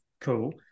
cool